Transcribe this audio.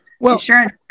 insurance